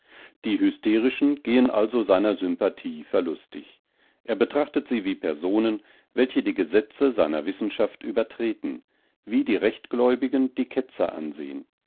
die hysterischen gehen also seiner sympathie verlustig er betrachtet sie wie personen welche die gesetze seiner wissenschaft übertreten wie die rechtgläubigen die ketzer ansehen